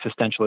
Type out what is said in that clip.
existentialist